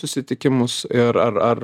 susitikimus ir ar ar